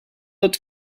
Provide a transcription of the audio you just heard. not